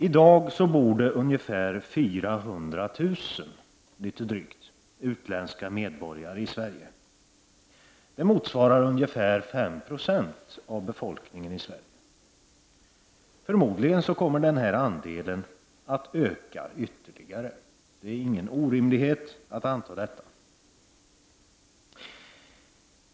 I dag bor drygt 400 000 utländska medborgare i Sverige, och det motsvarar ungefär 5 90 av befolkningen. Förmodligen kommer denna andel att öka ytterligare — det är ingen orimlighet att anta detta.